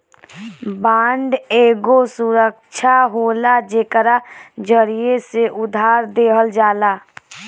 bond एगो सुरक्षा होला जेकरा जरिया से उधार देहल जाला